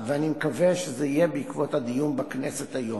ואני מקווה שזה יהיה בעקבות הדיון בכנסת היום,